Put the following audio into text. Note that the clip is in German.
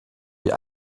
wie